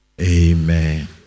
Amen